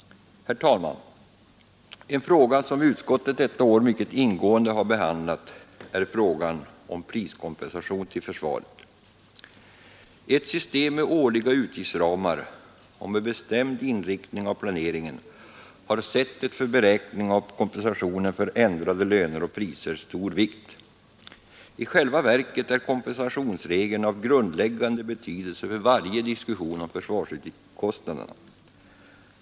Herr talman! En fråga som utskottet detta år mycket ingående har behandlat är frågan om priskompensation till försvaret. I ett system med årliga utgiftsramar och med bestämd inriktning av planeringen har sättet för beräkning av kompensationen för ändrade löner och priser stor vikt. I själva verket är kompensationsregeln av grundläggande betydelse för varje diskussion om försvarskostnaderna.